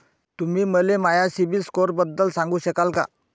तुम्ही मले माया सीबील स्कोअरबद्दल सांगू शकाल का?